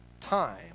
time